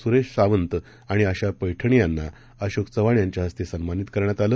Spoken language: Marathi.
सुरेशसावंतआणिआशापैठणेयांनाअशोकचव्हाणयांच्याहस्तेसन्मानितकरण्यातआलं